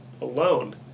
alone